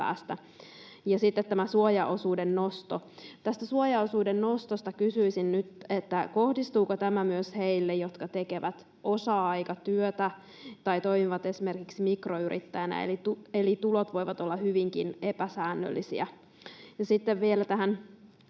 Ja sitten on tämä suojaosuuden nosto. Tästä suojaosuuden nostosta kysyisin nyt: kohdistuuko tämä myös heihin, jotka tekevät osa-aikatyötä tai toimivat esimerkiksi mikroyrittäjinä eli joilla tulot voivat olla hyvinkin epäsäännöllisiä? Sitten vielä lapsiin